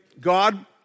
God